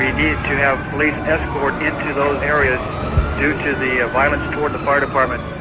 need need to have police escort into those areas due to the violence toward the fire department.